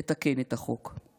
נתקן את החוק.